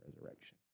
resurrection